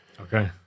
Okay